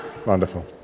Wonderful